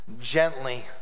gently